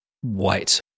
white